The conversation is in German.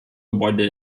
gebäude